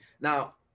now